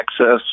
access